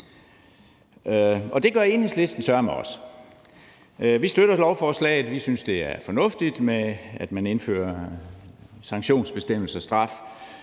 Det gør Enhedslisten sørme også. Vi støtter lovforslaget; vi synes, det er fornuftigt, at man indfører sanktionsbestemmelse, altså straf